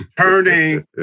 turning